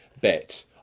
bet